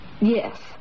Yes